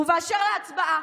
ובאשר להצבעה,